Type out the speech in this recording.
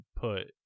put